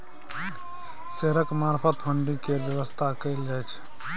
शेयरक मार्फत फडिंग केर बेबस्था कएल जाइ छै